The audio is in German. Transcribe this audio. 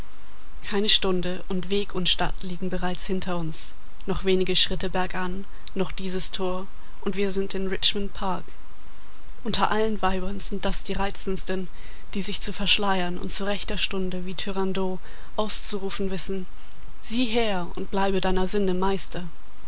keine stunde und weg und stadt liegen bereits hinter uns noch wenig schritte bergan noch dieses tor und wir sind in richmond park unter allen weibern sind das die reizendsten die sich zu verschleiern und zu rechter stunde wie turandot auszurufen wissen sieh her und bleibe deiner sinne meister